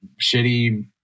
shitty